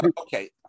okay